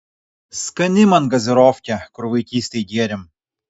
skani man gazirofkė kur vaikystėj gėrėm